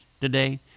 today